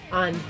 on